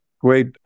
Great